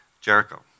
Jericho